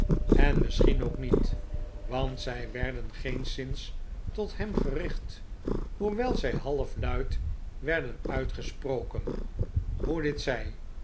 en misschien ook niet want zij werden geenszins tot hem gericht hoewel zij halfluid werden uitgesproken hoe dit zij